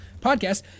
Podcast